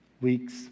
weeks